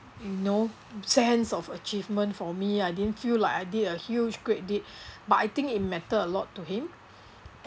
you know sense of achievement for me I didn't feel like I did a huge great deed but I think in mattered a lot to him